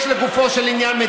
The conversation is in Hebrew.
יש לגופו של עניין.